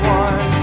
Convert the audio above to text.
one